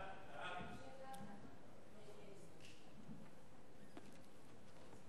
ההצעה להעביר את הצעת חוק הגברת האכיפה בשוק ההון (תיקוני חקיקה),